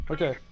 Okay